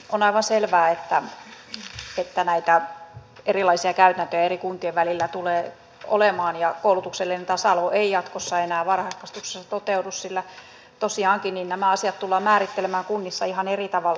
on aivan selvää että näitä erilaisia käytäntöjä eri kuntien välillä tulee olemaan ja koulutuksellinen tasa arvo ei jatkossa enää varhaiskasvatuksessa toteudu sillä tosiaankin nämä asiat tullaan määrittelemään kunnissa ihan eri tavalla